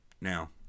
now